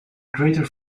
greater